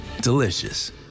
delicious